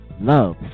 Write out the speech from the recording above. love